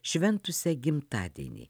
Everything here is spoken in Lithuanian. šventusią gimtadienį